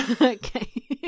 Okay